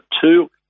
two